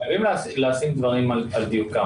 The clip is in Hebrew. חייבים לשים דברים על דיוקם.